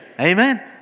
Amen